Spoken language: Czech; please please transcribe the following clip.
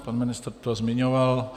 Pan ministr to zmiňoval.